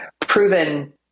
proven